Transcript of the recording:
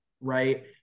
right